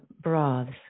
broths